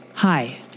hi